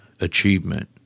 Achievement